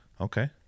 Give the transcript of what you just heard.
okay